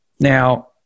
Now